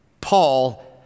Paul